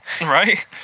Right